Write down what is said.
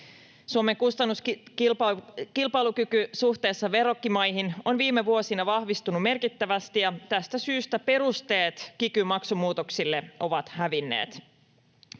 Suomen kustannuskilpailukyky suhteessa verrokkimaihin on viime vuosina vahvistunut merkittävästi, ja tästä syystä perusteet kiky-maksumuutoksille ovat hävinneet.